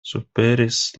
superis